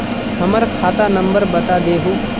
हमर खाता नंबर बता देहु?